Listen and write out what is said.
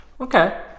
Okay